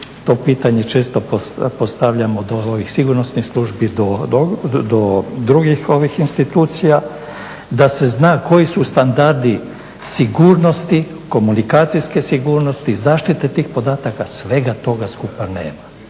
To pitanje često postavljam od sigurnosnih službi do drugih institucija, da se zna koji su standardi sigurnosti, komunikacijske sigurnosti, zaštite podataka. Svega toga skupa nema.